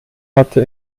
hatte